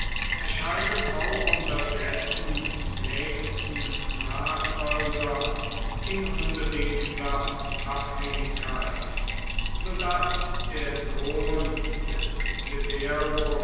erscheinen auch unter dessen nächsten nachfolgern in unbedingter abhängigkeit so daß der sohn des